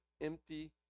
empty